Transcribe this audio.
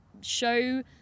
show